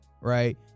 right